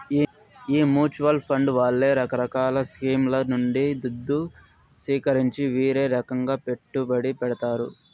ఈ mutual fund వాళ్లే రకరకాల స్కీంల నుండి దుద్దు సీకరించి వీరే రకంగా పెట్టుబడి పెడతారు